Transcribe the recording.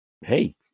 hey